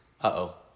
Uh-oh